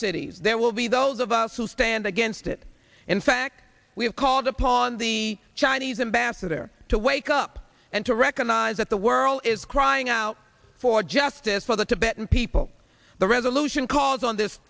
cities there will be those of us who stand against it in fact we have called upon the chinese ambassador to wake up and to recognize that the world is crying out for justice for the tibetan people the resolution calls on this